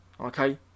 okay